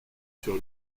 sur